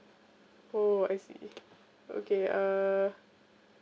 oh I see okay uh